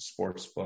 Sportsbook